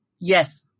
Yes